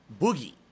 Boogie